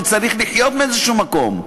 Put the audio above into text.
וצריך לחיות מאיזה מקור.